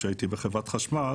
כרגע כשהייתי בניטור בחברת החשמל